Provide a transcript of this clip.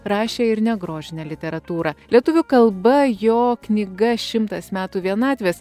rašė ir negrožinę literatūrą lietuvių kalba jo knyga šimtas metų vienatvės